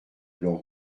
blanc